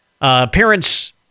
Parents